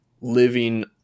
living